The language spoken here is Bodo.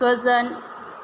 गोजोन